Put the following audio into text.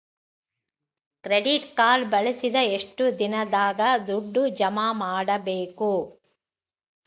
Credit card ಬಳಸಿದ ಎಷ್ಟು ದಿನದಾಗ ದುಡ್ಡು ಜಮಾ ಮಾಡ್ಬೇಕು?